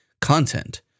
content